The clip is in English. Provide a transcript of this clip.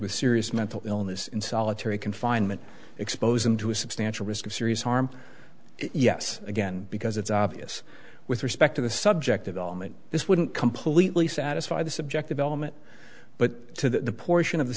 with serious mental illness in solitary confinement expose them to a substantial risk of serious harm yes again because it's obvious with respect to the subjective element this wouldn't completely satisfy the subjective element but the portion of the